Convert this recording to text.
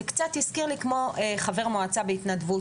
זה קצת הזכיר לי כמו חבר מועצה בהתנדבות,